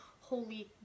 holy